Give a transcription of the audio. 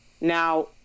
Now